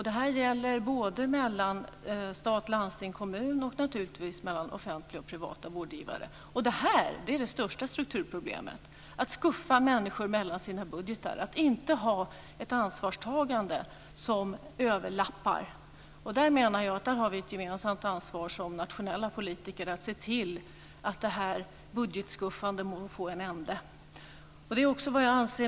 Det här gäller både mellan stat, landsting och kommun och naturligtvis mellan offentliga och privata vårdgivare. Detta är det största strukturproblemet. Det handlar om att skuffa människor mellan sina budgetar och att inte ha ett ansvarstagande som överlappar. Jag menar att vi som nationella politiker har ett gemensamt ansvar för att se till att detta budgetskuffande får en ände.